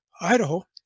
Idaho